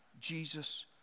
Jesus